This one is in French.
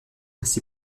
ainsi